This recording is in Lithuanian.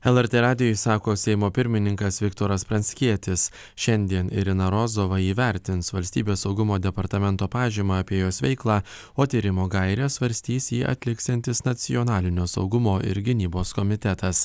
lrt radijui sako seimo pirmininkas viktoras pranckietis šiandien irina rozova įvertins valstybės saugumo departamento pažymą apie jos veiklą o tyrimo gaires svarstys jį atliksiantis nacionalinio saugumo ir gynybos komitetas